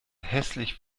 hässlich